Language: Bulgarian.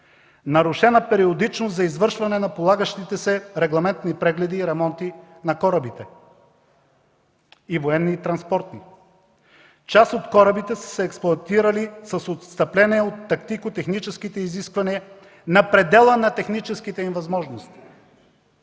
нарушена периодичност за извършване на полагащите се по регламент прегледи и ремонти на корабите – и военни, и транспортни; част от корабите са експлоатирани с отстъпление от тактико-техническите изисквания на предела на техническите им възможности;